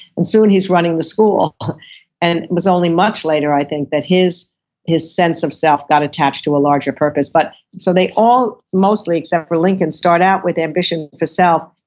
and soon he's running the school and it was only much later i think that his his sense of self got attached to a larger purpose but so they all mostly, except for lincoln start out with ambition for self,